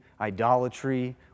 idolatry